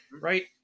right